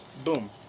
Boom